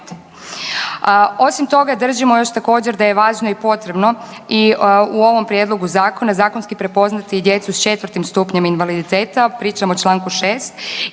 Osim toga držimo još također da je važno i potrebno i u ovom prijedlogu zakona zakonski prepoznati i djecu s 4 stupnjem invaliditeta, pričam o Članku 6.